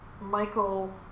Michael